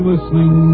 Listening